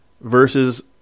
versus